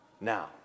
now